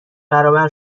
برابر